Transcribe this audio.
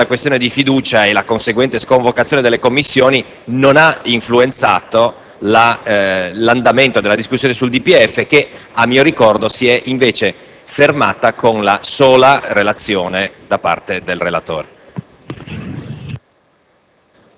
la posizione della questione di fiducia e la conseguente sconvocazione delle Commissioni non hanno influenzato l'andamento della discussione sul DPEF che, a mio ricordo, si è invece fermata alla sola esposizione da parte del relatore.